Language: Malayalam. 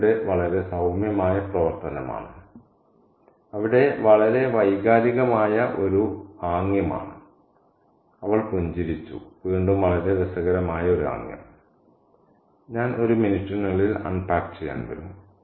ഇത് ഇവിടെ വളരെ സൌമ്യമായ പ്രവർത്തനമാണ് അവിടെ വളരെ വൈകാരികമായ ഒരു ആംഗ്യമാണ് അവൾ 'പുഞ്ചിരിച്ചു ' വീണ്ടും വളരെ രസകരമായ ഒരു ആംഗ്യം ഞാൻ ഒരു മിനിറ്റിനുള്ളിൽ അൺപാക്ക് ചെയ്യാൻ വരും